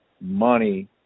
money